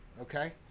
okay